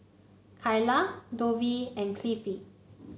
Kylah Dovie and Cliffie